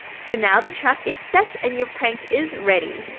so now the trap is set and your prank is ready